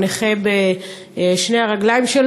הוא נכה בשתי הרגליים.